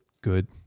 good